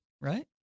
right